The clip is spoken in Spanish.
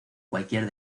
cualquier